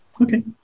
Okay